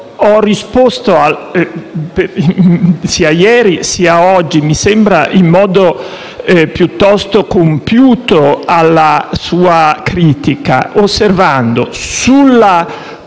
ho risposto sia ieri sia oggi, mi sembra in modo piuttosto compiuto, alla sua critica, osservando sulla